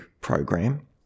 program